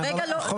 רגע, לא.